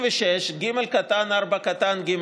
66(ג)(4)(ג)